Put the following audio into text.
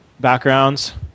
backgrounds